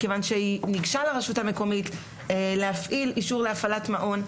מכיוון שהיא ניגשה לרשות המקומית להפעיל אישור להפעלת מעון,